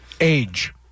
Age